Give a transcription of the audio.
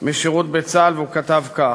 משירות בצה"ל, והוא כתב כך: